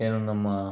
ಏನು ನಮ್ಮ